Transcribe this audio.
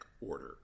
order